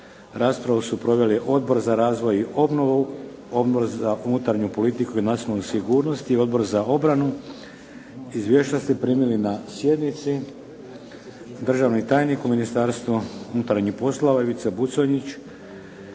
Raspravu su proveli Odbor za razvoj i obnovu, Odbor za unutarnju politiku i nacionalnu sigurnost i Odbor za obranu. Izvješća ste primili na sjednici. Državni tajnik u Ministarstvu unutarnjih poslova, Ivica Buconjić